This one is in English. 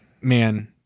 Man